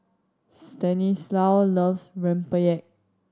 Stanislaus loves rempeyek